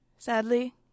Sadly